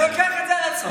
אני לוקח את זה על עצמי.